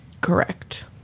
Correct